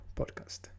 podcast